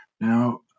now